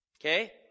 Okay